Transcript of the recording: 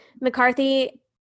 McCarthy